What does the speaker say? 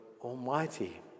Almighty